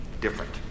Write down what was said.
different